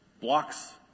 blocks